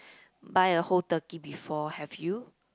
buy a whole turkey before have you